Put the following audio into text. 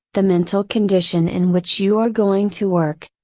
the mental condition in which you are going to work.